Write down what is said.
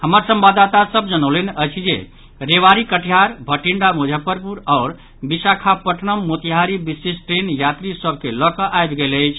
हमर संवाददाता सभ जनौलनि अछि जे रेवाड़ी कटिहार भटिंडा मुजफ्फरपुर आओर विशाखापट्नम मोतिहारी विशेष ट्रेन यात्री सभ के लऽ कऽ आबि गेल अछि